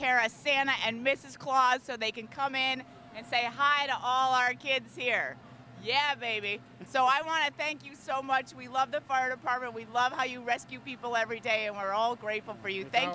care of santa and mrs claus so they can come in and say hi to all our kids here yeah baby so i want to thank you so much we love the fire department we love how you rescue people every day and we're all grateful for you th